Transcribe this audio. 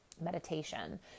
meditation